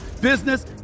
business